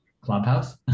Clubhouse